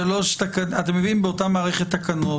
אתם מביאים באותה מערכת תקנות,